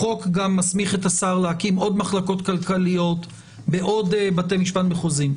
החוק גם מסמיך את השר להקים עוד מחלקות כלכליות בעוד בתי משפט מחוזיים.